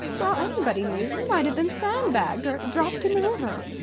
for all anybody knew, you might have been sandbagged or dropped in the river.